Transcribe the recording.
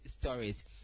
stories